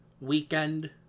weekend